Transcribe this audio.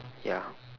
ya